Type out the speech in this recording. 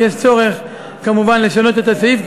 יש צורך כמובן לשנות את הסעיף,